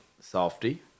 Softy